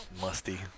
Musty